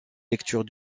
lecture